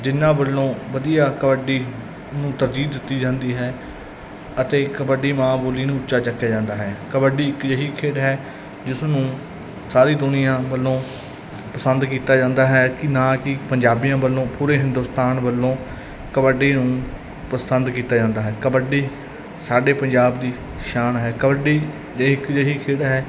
ਜਿਹਨਾਂ ਵੱਲੋਂ ਵਧੀਆ ਕਬੱਡੀ ਨੂੰ ਤਰਜੀਹ ਦਿੱਤੀ ਜਾਂਦੀ ਹੈ ਅਤੇ ਕਬੱਡੀ ਮਾਂ ਬੋਲੀ ਨੂੰ ਉੱਚਾ ਚੱਕਿਆ ਜਾਂਦਾ ਹੈ ਕਬੱਡੀ ਇੱਕ ਅਜਿਹੀ ਖੇਡ ਹੈ ਜਿਸ ਨੂੰ ਸਾਰੀ ਦੁਨੀਆਂ ਵੱਲੋਂ ਪਸੰਦ ਕੀਤਾ ਜਾਂਦਾ ਹੈ ਕਿ ਨਾ ਕਿ ਪੰਜਾਬੀਆਂ ਵੱਲੋਂ ਪੂਰੇ ਹਿੰਦੁਸਤਾਨ ਵੱਲੋਂ ਕਬੱਡੀ ਨੂੰ ਪਸੰਦ ਕੀਤਾ ਜਾਂਦਾ ਹੈ ਕਬੱਡੀ ਸਾਡੇ ਪੰਜਾਬ ਦੀ ਸ਼ਾਨ ਹੈ ਕਬੱਡੀ ਦੇ ਇੱਕ ਅਜਿਹੀ ਖੇਡ ਹੈ